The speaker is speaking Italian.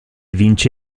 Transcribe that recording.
vince